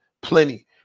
Plenty